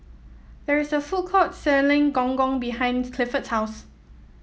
there is a food court selling Gong Gong behind Clifford's house